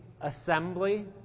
assembly